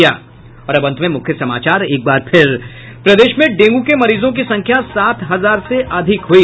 और अब अंत में मुख्य समाचार एक बार फिर प्रदेश में डेंगू के मरीजों की संख्या सात हजार से अधिक हुई